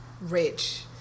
rich